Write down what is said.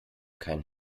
kein